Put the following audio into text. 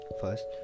First